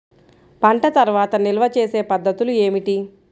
పంట తర్వాత నిల్వ చేసే పద్ధతులు ఏమిటి?